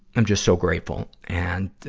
i'm just so grateful. and,